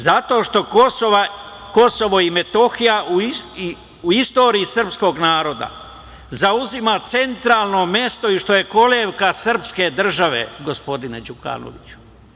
Zato što KiM u istoriji srpskog naroda zauzima centralno mesto i što je kolevka srpske države, gospodine Đukanoviću.